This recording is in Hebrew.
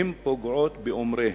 הן פוגעות באומריהן,